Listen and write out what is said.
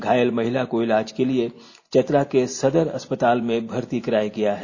घायल महिला को इलाज के लिए चतरा के सदर अस्पताल में भर्ती कराया गया है